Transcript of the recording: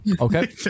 Okay